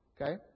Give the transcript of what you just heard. Okay